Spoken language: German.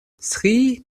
sri